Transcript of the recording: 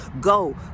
Go